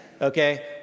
Okay